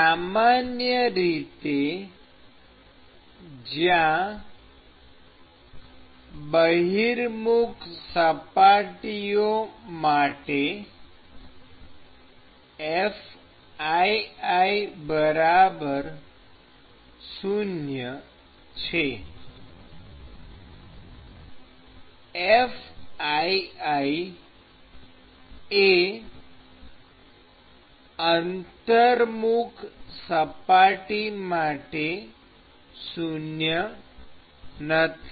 સામાન્ય રીતે જ્યાં બહિર્મુખ સપાટીઓ માટે Fii 0 છે Fii એ અંતર્મુખ સપાટી માટે શૂન્ય નથી